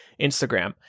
Instagram